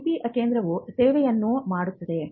IP ಕೇಂದ್ರವು ಸೇವೆಯನ್ನು ಮಾಡುತ್ತದೆ